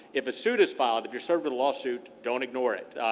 if a suit is filed, if you're served with a lawsuit, don't ignore it.